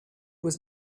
was